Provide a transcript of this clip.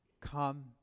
Come